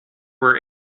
were